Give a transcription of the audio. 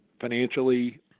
financially